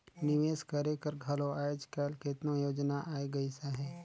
निवेस करे कर घलो आएज काएल केतनो योजना आए गइस अहे